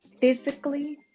physically